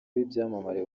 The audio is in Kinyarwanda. b’ibyamamare